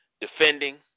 defending